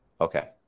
Okay